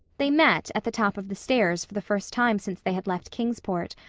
they met at the top of the stairs for the first time since they had left kingsport,